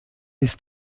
ist